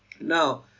Now